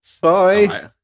Bye